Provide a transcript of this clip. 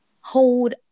hold